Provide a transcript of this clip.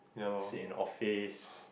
sit in office